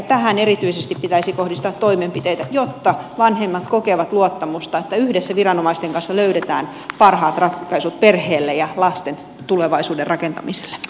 tähän erityisesti pitäisi kohdistaa toimenpiteitä jotta vanhemmat kokevat luottamusta että yhdessä viranomaisten kanssa löydetään parhaat ratkaisut perheelle ja lasten tulevaisuuden rakentamiselle